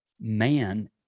man